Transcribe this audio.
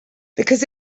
because